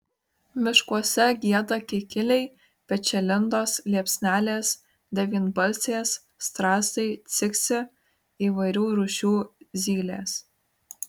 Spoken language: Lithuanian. miškuose gieda kikiliai pečialindos liepsnelės devynbalsės strazdai ciksi įvairių rūšių zylės